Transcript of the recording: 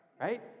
right